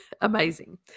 Amazing